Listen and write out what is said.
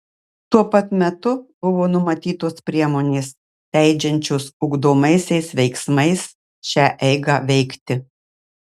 tuo pat metu buvo numatytos priemonės leidžiančios ugdomaisiais veiksmais šią eigą veikti